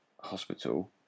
hospital